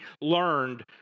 learned